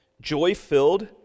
joy-filled